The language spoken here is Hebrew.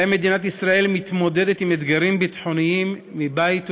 שבהם מדינת ישראל מתמודדת עם אתגרים ביטחוניים מבית ומחוץ,